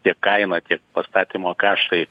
tiek kaina tiek pastatymo kaškai